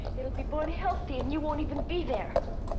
it'll be born healthy and you won't even be there.